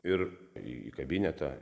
ir į kabinetą